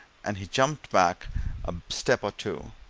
and he jumped back a step or two.